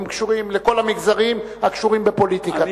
הם קשורים לכל המגזרים הקשורים בפוליטיקה,